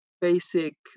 basic